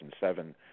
2007